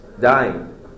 dying